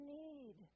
need